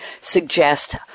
suggest